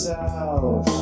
South